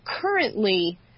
currently